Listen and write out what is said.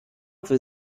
will